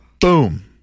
Boom